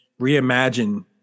reimagine